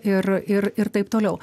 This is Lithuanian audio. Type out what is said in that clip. ir ir ir taip toliau